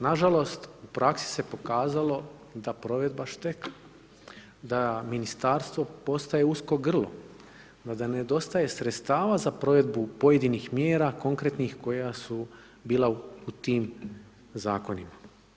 Nažalost u praksi se pokazalo da provedba šteti, da ministarstvo postaje usko grlo, da nedostaje sredstava za provedbu pojedinih mjera konkretnih koja su bila u tim zakonima.